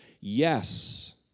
yes